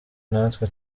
natwe